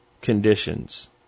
conditions